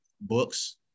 books